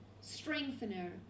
Strengthener